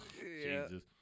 Jesus